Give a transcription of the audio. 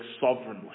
sovereignly